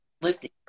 lifting